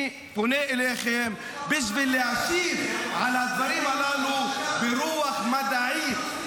אני פונה אליכם בשביל להשיב על הדברים הללו ברוח מדעית,